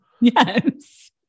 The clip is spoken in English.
Yes